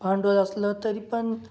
भांडवल असलं तरी पण